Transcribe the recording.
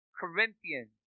Corinthians